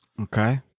Okay